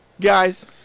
Guys